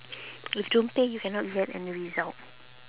you don't pay you cannot get any result